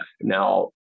Now